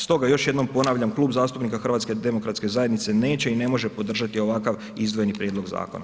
Stoga još jednom ponavljam Klub zastupnika HDZ-a neće i ne može podržati ovakav izdvojeni prijedlog zakona.